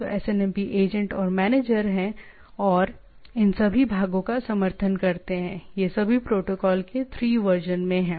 तो SNMP agent और manager हैं जो इन सभी भागों का समर्थन करते हैं ये सभी प्रोटोकॉल के 3 वर्जन में हैं